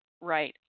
right